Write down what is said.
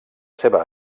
seva